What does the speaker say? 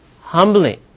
humbly